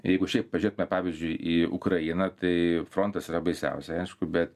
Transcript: jeigu šiaip pažiūrėtume pavyzdžiui į ukrainą tai frontas yra baisiausia aišku bet